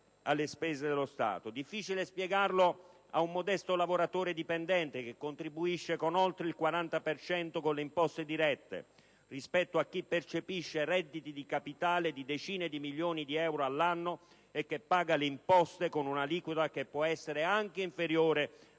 difficile spiegarlo ad un modesto lavoratore dipendente, che contribuisce con oltre il 40 per cento con le imposte dirette, rispetto a chi percepisce redditi di capitale di decine di milioni di euro all'anno e paga le imposte con un'aliquota che può essere anche inferiore al 14 per cento.